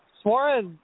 Suarez